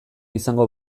izango